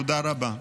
תודה רבה.